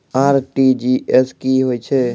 RTGS की होय छै?